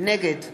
נגד